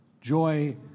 Joy